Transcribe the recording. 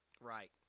right